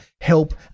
help